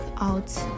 out